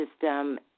system